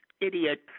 idiot